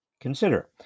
Consider